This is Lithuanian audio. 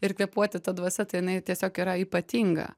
ir kvėpuoti ta dvasia tai jinai tiesiog yra ypatinga